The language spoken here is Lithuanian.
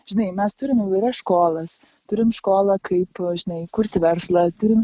žinai mes turim įvairias školas turim školą kaip žinai kurti verslą turim